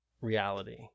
reality